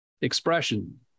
expression